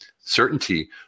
certainty